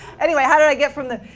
anyway, how did i get from that,